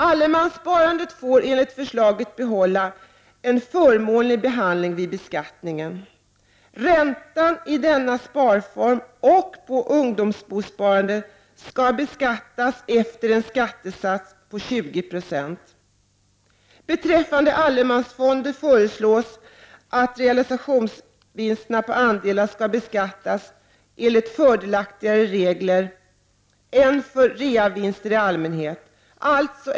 Allemanssparandet får enligt förslaget behålla en förmånlig behandling vid beskattningen. Ränta i denna sparform och på ungdomsbosparande skall beskattas enligt en skattesats på 20 26. Beträffande allemansfonder föreslås att realisationsvinster på andelar skall beskattas enligt fördelaktigare regler än reavinster i allmänhet.